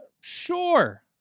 Sure